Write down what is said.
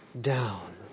down